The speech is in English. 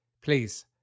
Please